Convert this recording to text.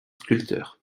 sculpteur